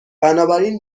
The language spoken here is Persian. بنابراین